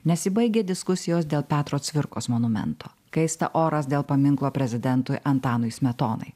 nesibaigia diskusijos dėl petro cvirkos monumento kaista oras dėl paminklo prezidentui antanui smetonai